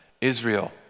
Israel